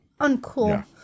Uncool